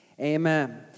Amen